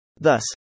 Thus